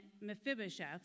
Mephibosheth